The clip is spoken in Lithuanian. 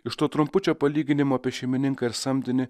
iš to trumpučio palyginimo apie šeimininką ir samdinį